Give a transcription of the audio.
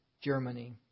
Germany